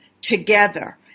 together